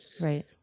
Right